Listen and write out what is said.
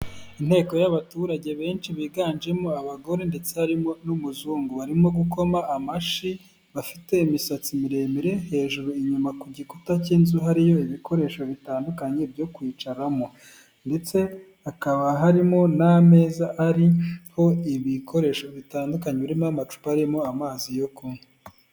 Inteko y'abaturage benshi biganjemo abagore ndetse harimo n'umuzungu, barimo gukoma amashyi bafite imisatsi miremire hejuru, inyuma ku gikuta cy'inzu hariyo ibikoresho bitandukanye byo kwicaramo ndetse hakaba harimo n'ameza ariho ibikoresho bitandukanye, birimo amacupa arimo amazi yo kunywa.